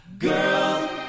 Girl